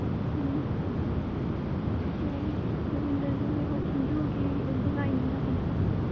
ꯎꯝ ꯑꯣ ꯒꯣꯕꯤꯟꯗꯖꯤꯁꯦ ꯍꯣꯏ ꯍꯤꯟꯗꯨꯒꯤ ꯑꯣꯏꯕ ꯂꯥꯏꯅꯤꯅꯀꯣ